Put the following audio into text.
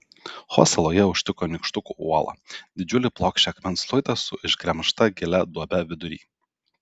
ho saloje užtiko nykštukų uolą didžiulį plokščią akmens luitą su išgremžta gilia duobe vidury